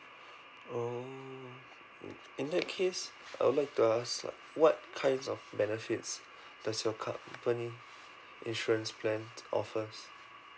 oh mm in that case I would like to ask what kinds of benefits does your company insurance plan offers